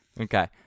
Okay